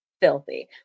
Filthy